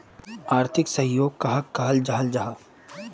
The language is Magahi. आर्थिक सहयोग कहाक कहाल जाहा जाहा?